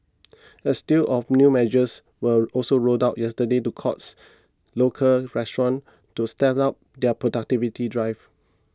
a slew of new measures were also rolled out yesterday to coax local restaurants to step up their productivity drive